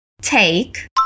Take